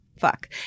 Fuck